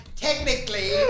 technically